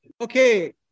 Okay